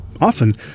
Often